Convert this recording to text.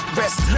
rest